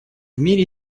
мире